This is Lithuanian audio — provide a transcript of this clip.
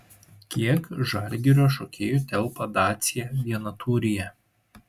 kiek žalgirio šokėjų telpa dacia vienatūryje